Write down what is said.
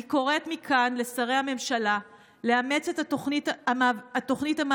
אני קוראת מכאן לשרי הממשלה לאמץ את תוכנית המאבק